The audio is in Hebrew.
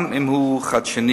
גם אם הוא חדשני,